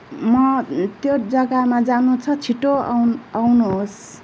म त्यो जग्गामा जानु छ छिटो आउनु आउनुहोस्